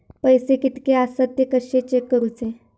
पैसे कीतके आसत ते कशे चेक करूचे?